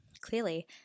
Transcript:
clearly